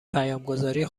پیامگذاری